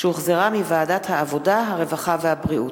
שהחזירה ועדת העבודה, הרווחה והבריאות.